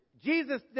Jesus